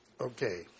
Okay